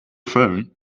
phone